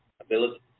ability